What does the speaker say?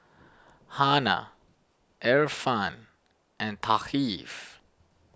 Hana Irfan and Thaqif